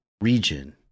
region